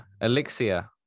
elixir